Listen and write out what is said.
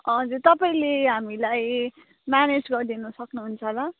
हजुर तपाईँले हामीलाई म्यानेज गरिदिन सक्नुहुन्छ होला